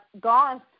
gone